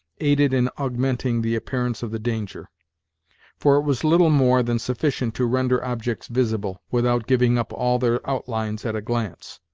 aided in augmenting the appearance of the danger for it was little more than sufficient to render objects visible, without giving up all their outlines at a glance.